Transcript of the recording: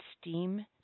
steam